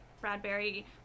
bradbury